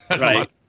Right